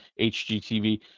HGTV